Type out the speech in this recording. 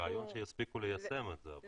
הרעיון שיספיקו ליישם את זה אבל